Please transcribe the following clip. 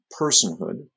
personhood